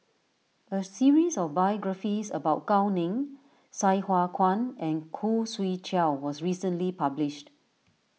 a series of biographies about Gao Ning Sai Hua Kuan and Khoo Swee Chiow was recently published